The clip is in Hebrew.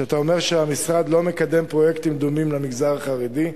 שהמשרד לא מקדם פרויקטים דומים למגזר החרדי.